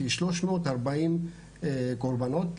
כ-340 קורבנות,